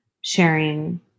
sharing